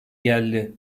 geldi